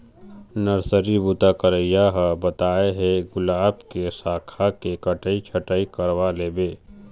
nursery बूता करइया ह बताय हे गुलाब के साखा के कटई छटई करवा लेबे